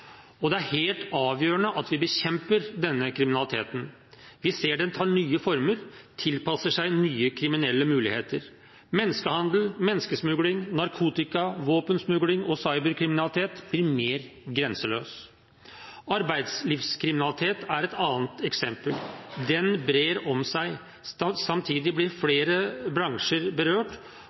Det er helt avgjørende at vi bekjemper denne kriminaliteten. Vi ser den tar nye former, den tilpasser seg nye kriminelle muligheter. Menneskehandel, menneskesmugling, narkotika, våpensmugling og cyberkriminalitet blir mer grenseløs. Arbeidslivskriminalitet er et annet eksempel. Den brer om seg. Samtidig blir flere bransjer berørt,